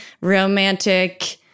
romantic